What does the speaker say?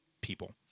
people